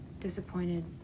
Disappointed